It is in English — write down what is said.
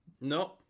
No